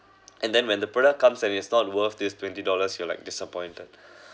and then when the product comes and it's not worth this twenty dollars you're like disappointed